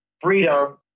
freedom